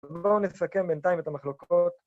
‫בואו נסכם בינתיים את המחלוקות.